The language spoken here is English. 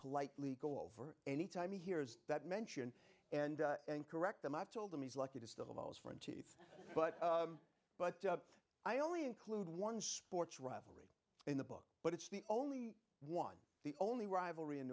politely go over any time he hears that mention and correct them i've told him he's lucky to still but but i only include one sports rivalry in the book but it's the only one the only rivalry in